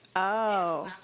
oh.